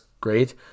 great